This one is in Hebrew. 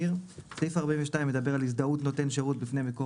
סעיף 42 מדבר על הזדהות נותן שירות בפני מקור